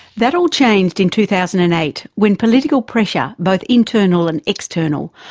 that all changed in two thousand and eight when political pressure, both internal and external,